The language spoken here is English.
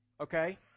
Okay